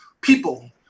people